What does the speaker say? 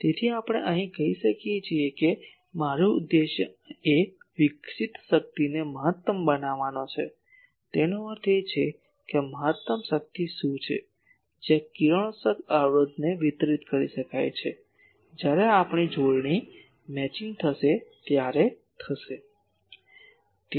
તેથી આપણે અહીં કહી શકીએ કે અમારું ઉદ્દેશ એ વિકસિત શક્તિને મહત્તમ બનાવવાનો છે તેનો અર્થ એ કે મહત્તમ શક્તિ શું છે જે આ કિરણોત્સર્ગ અવરોધને વિતરિત કરી શકાય છે જ્યારે આપણી જોડણી મેચિંગ થશે ત્યારે થશે